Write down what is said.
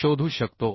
शोधू शकतो